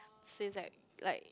since like like